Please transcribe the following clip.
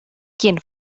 quien